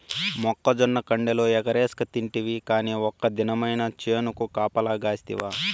మొక్కజొన్న కండెలు ఎగరేస్కతింటివి కానీ ఒక్క దినమైన చేనుకు కాపలగాస్తివా